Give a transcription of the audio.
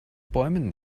bäumen